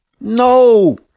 No